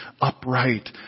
upright